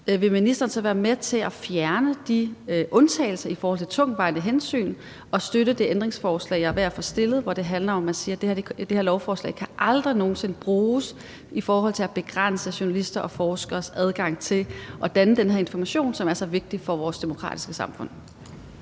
vil ministeren så være med til at fjerne de undtagelser i forhold til de tungtvejende hensyn og støtte det ændringsforslag, som jeg er ved at få stillet, hvor det handler om, at man siger, at det her lovforslag aldrig nogen sinde skal kunne bruges i forhold til at begrænse journalister og forskeres adgang til at danne den her information, som er så vigtig for vores demokratiske samfund?